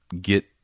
get